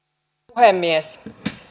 puhemies